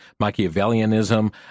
Machiavellianism